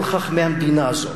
כל חכמי המדינה הזאת,